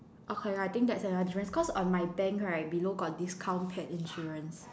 okay I think that's another difference cause on my bank right below got discount pet insurance